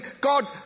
God